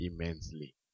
immensely